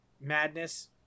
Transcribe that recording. Madness